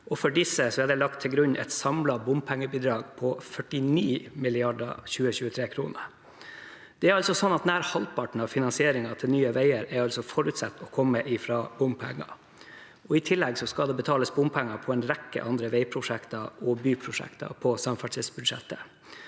for disse er det lagt til grunn et samlet bompengebidrag på 49 mrd. 2023-kroner. Det er altså slik at nær halvparten av finansieringen til Nye veier er forutsatt å komme fra bompenger. I tillegg skal det betales bompenger på en rekke andre veiprosjekter og byprosjekter på samferdselsbudsjettet.